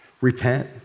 Repent